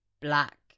black